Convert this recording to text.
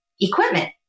equipment